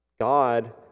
God